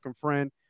friend